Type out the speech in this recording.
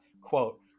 quote